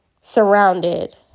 surrounded